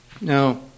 Now